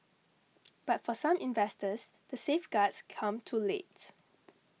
but for some investors the safeguards come too late